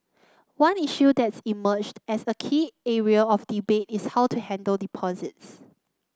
one issue that's emerged as a key area of debate is how to handle deposits